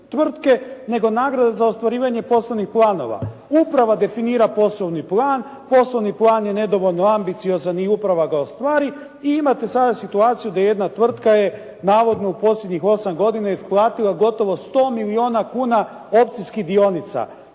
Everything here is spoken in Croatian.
tvrtke, nego nagrada za ostvarivanje poslovnih planova. Uprava definira poslovni plan, poslovni plan je nedovoljno ambiciozan i uprava ga ostvari i imate sada situaciju gdje jedna tvrtka je navodno u posljednjih 8 godina isplatila gotovo 100 milijuna kuna opcijskih dionica.